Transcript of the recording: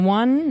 one